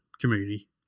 community